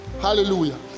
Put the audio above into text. Hallelujah